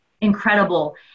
incredible